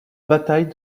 bataille